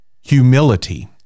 Humility